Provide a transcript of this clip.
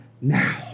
now